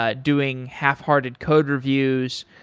ah doing half-hearted code reviews,